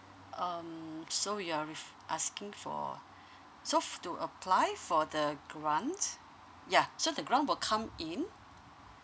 um so you are ref~ asking for so f~ to apply for the grant yeah so the grant will come in